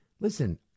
listen